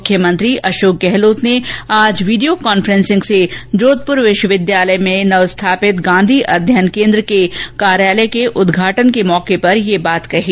मुख्यमंत्री अशोक गहलोत ने आज वीडियो कॉन्फेंन्सिंग से जोधपूर विश्वविद्यालय जोधपूर में नव स्थापित गांधी अध्ययन केंद्र के कार्यालय का उद्घाटन समारोह में ये बात कही